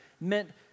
meant